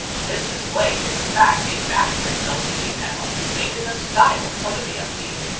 this display is in fact a backlit lcd panel, made in the style of a vfd!